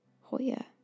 Hoya